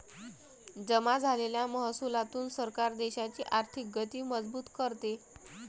जमा झालेल्या महसुलातून सरकार देशाची आर्थिक गती मजबूत करते